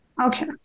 Okay